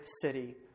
city